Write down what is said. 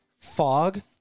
fog